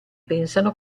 pensano